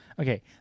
Okay